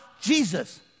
Jesus